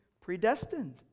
predestined